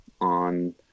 on